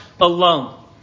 alone